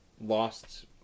lost